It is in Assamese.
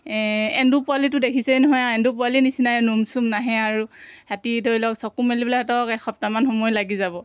এন্দুৰ পোৱালিটো দেখিছেই নহয় আৰু এন্দুৰ পোৱালি নিচিনাই নুম চুম নাহে আৰু সিহঁতি ধৰি লওক চকু মেলিবলৈ সিহঁতক এসপ্তাহমান সময় লাগি যাব